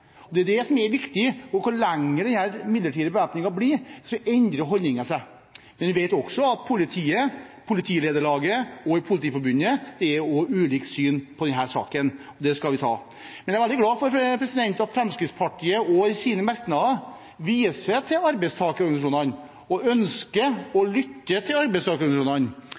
Det er det som er viktig, og jo lengre denne midlertidige bevæpningen blir, desto mer endrer holdningen seg. Men vi vet også at i politiet, Politilederlaget og Politiforbundet så er det ulikt syn på denne saken, og det skal vi ta. Men jeg er veldig glad for at også Fremskrittspartiet i sine merknader viser til arbeidstakerorganisasjonene og ønsker å lytte til